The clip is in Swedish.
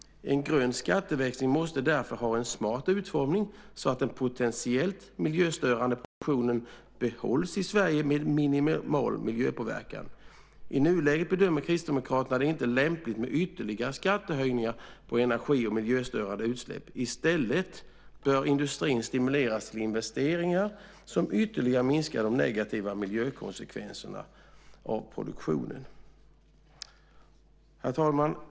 En grön skatteväxling måste därför ha en smart utformning så att den potentiellt miljöstörande produktionen behålls i Sverige med minimal miljöpåverkan. I nuläget bedömer Kristdemokraterna det inte som lämpligt med ytterligare skattehöjningar på energi och miljöstörande utsläpp. I stället bör industrin stimuleras till investeringar som ytterligare minskar de negativa miljökonsekvenserna av produktionen. Herr talman!